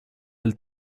del